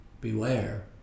Beware